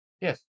Yes